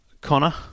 Connor